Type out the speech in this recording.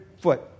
foot